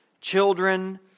children